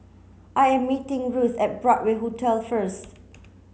I am meeting Ruth at Broadway Hotel first